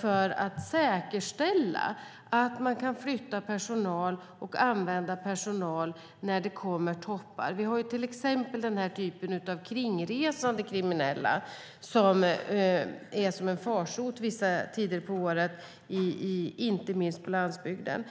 för att säkerställa att man kan flytta personal och använda personal när det kommer toppar. Vi har till exempel en typ av kringresande kriminella som är som en farsot vissa tider av året, inte minst på landsbygden.